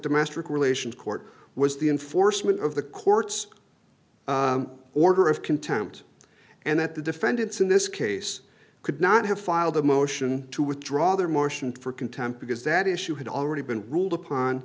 domestic relations court was the enforcement of the court's order of contempt and that the defendants in this case could not have filed a motion to withdraw their motion for contempt because that issue had already been ruled upon